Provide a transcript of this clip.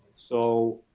so